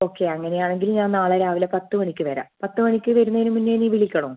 okay അങ്ങനെ ആണെങ്കിൽ ഞാൻ നാളെ രാവിലെ പത്ത് മണിക്ക് വരാം പത്ത് മണിക്ക് വരുന്നതിന് മുന്നേ എനി വിളിക്കണോ